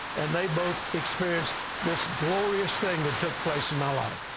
and they both experienced this glorious thing that took place in my life.